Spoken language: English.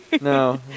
No